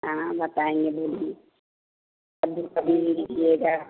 हाँ बताएँगे बोलिए कद्दू का बीज लीजिएगा